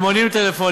הם עונים לטלפונים.